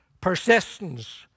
Persistence